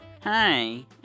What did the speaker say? Hi